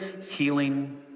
healing